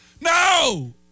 no